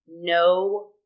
No